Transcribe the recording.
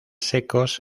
secos